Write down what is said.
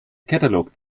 catalogued